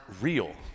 real